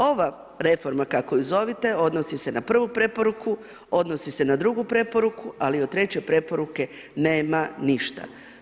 Ova reforma, kako je zovete, odnosi se na prvu preporuku, odnosi se na drugu preporuku, ali od treće preporuke nema ništa.